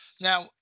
Now